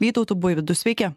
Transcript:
vytautu buivydu sveiki